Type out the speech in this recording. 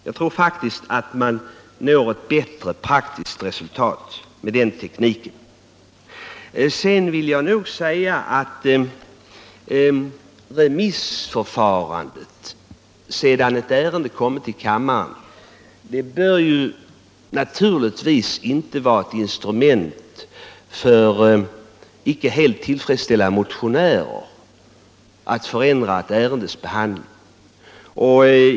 Jag tror att man når ett bättre praktiskt resultat med den tekniken. I vad gäller remissbehandlingen vill jag säga att denna inte av otill fredsställda motionärer bör utnyttjas som ett instrument för att förändra ett ärendes behandling i kammaren.